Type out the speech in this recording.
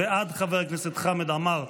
בעד חבר הכנסת חמד עמאר,